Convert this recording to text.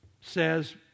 says